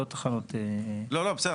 לא, לא, בסדר.